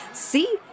See